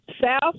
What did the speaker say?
South